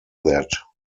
that